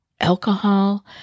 alcohol